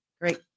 Great